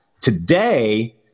Today